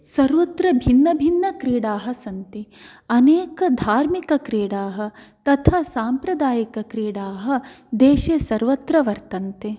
सर्वत्र भिन्न भिन्न क्रीडाः सन्ति अनेकाः धार्मिकक्रीडाः तथा साम्प्रदायिकक्रीडाः देशे सर्वत्र वर्तन्ते